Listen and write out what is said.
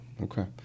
Okay